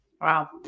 Wow